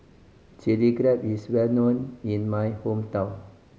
Chilli Crab is well known in my hometown